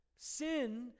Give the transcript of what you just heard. Sin